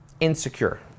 insecure